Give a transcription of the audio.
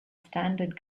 standard